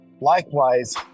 likewise